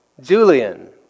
Julian